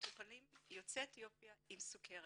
מטופלים יוצאי אתיופיה עם סוכרת.